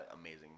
amazing